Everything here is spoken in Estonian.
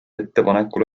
ettepanekul